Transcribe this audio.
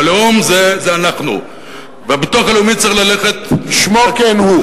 הלאום זה אנחנו, והביטוח הלאומי, כשמו כן הוא.